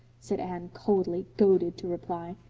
said anne coldly, goaded to reply.